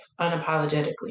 unapologetically